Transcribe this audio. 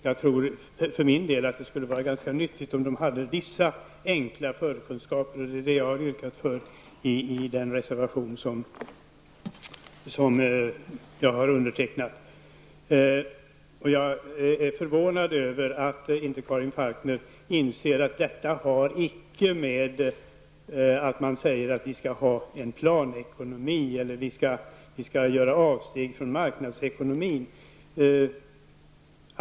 Jag tror för min del att det skulle vara ganska nyttigt om de hade vissa enkla förkunskaper. Detta har jag yrkat för i den reservation som jag har undertecknat. Jag är förvånad över att Karin Falkmer inte inser att detta inte betyder att vi skall ha planekonomi eller att vi skall göra avsteg från marknadsekonomin.